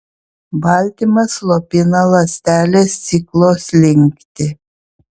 baltymas slopina ląstelės ciklo slinktį